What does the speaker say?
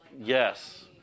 Yes